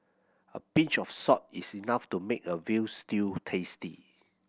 a pinch of salt is enough to make a veal stew tasty